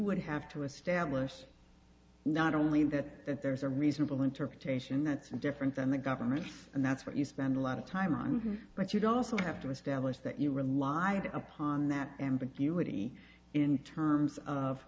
would have to establish not only that there's a reasonable interpretation that's different than the government's and that's what you spend a lot of time on but you'd also have to establish that you rely upon that ambiguity in terms of